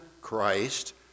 Christ